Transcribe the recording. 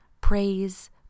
praise